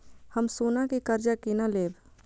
हम सोना से कर्जा केना लैब?